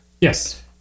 Yes